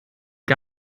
den